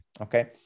Okay